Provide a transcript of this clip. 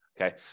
Okay